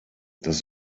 das